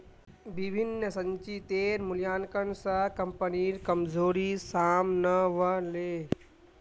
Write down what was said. विभिन्न संचितेर मूल्यांकन स कम्पनीर कमजोरी साम न व ले